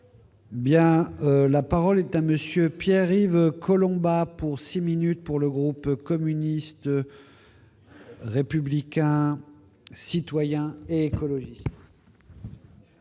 Bien, la parole est à monsieur Pierre Yves Collombat pour 6 minutes pour le groupe communiste républicain et citoyen écologiste.